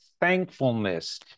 thankfulness